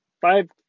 five